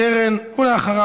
חבר הכנסת אלעזר שטרן,